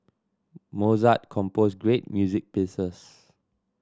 Mozart composed great music pieces